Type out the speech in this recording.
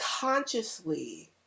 consciously